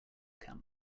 camp